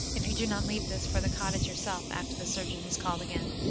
if you do not leave this for the cottage yourself after the surgeon has called again.